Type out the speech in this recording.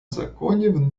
законів